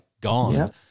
gone